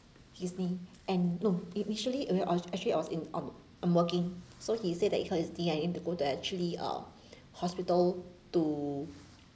his knee and no in~ initially I was actually I was in uh I'm working so he said that he hurt his knee and he has to go to actually uh hospital too